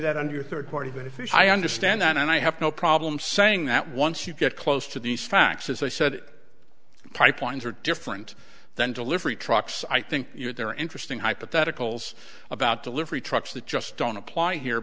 that under a third party that if i understand that and i have no problem saying that once you get close to these facts as i said pipelines are different than delivery trucks i think there are interesting hypotheticals about delivery trucks that just don't apply here